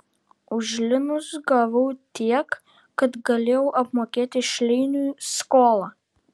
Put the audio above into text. už linus gavau tiek kad galėjau apmokėti šleiniui skolą